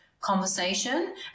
conversation